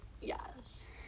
Yes